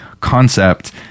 concept